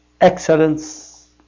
excellence